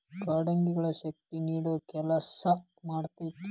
ಕಾಂಡಗಳಿಗೆ ಶಕ್ತಿ ನೇಡುವ ಕೆಲಸಾ ಮಾಡ್ತತಿ